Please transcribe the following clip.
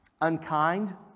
unkind